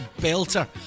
belter